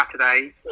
Saturday